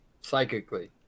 psychically